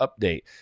update